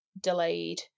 delayed